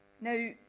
Now